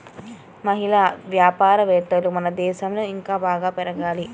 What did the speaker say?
మహిళా వ్యాపారవేత్తలు మన దేశంలో ఇంకా బాగా పెరగాలి